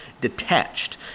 detached